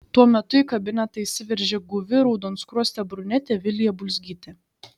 tuo metu į kabinetą įsiveržė guvi raudonskruostė brunetė vilija bulzgytė